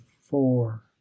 four